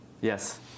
Yes